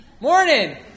Morning